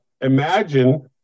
Imagine